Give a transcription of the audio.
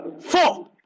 Four